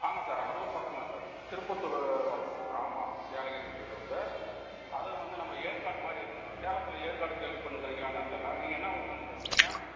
ஆமாம் சார் அரூர் பக்கம்தான் சார் திருப்பத்தூர் பக்கம் ஆமாம் ஏலகிரிங்றது வந்து அதுவும் வந்து நம்ம ஏற்காடுமாதிரி இருக்கும் சார் சேலத்தில் ஏற்காடு கேள்விப்பட்னுக்கிறீங்களா என்னென்னு தெரில நீங்கள் என்ன ஊர்லிருந்து பேசுகிறீங்க